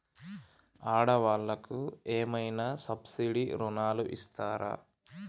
ఆడ వాళ్ళకు ఏమైనా సబ్సిడీ రుణాలు ఇస్తారా?